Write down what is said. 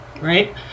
Right